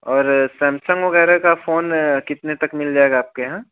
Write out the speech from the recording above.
और सैमसंग वगैरह का फ़ोन कितने तक मिल जाएगा आपके यहाँ